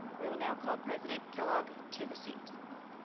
we will now call president kellogg to the seat.